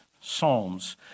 psalms